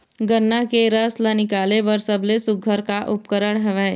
गन्ना के रस ला निकाले बर सबले सुघ्घर का उपकरण हवए?